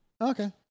Okay